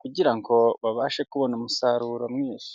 kugira ngo babashe kubona umusaruro mwinshi.